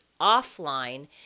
offline